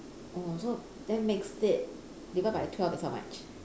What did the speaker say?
oh so that makes it divide by twelve is how much